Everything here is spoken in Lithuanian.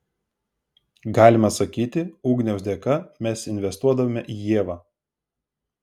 galima sakyti ugniaus dėka mes investuodavome į ievą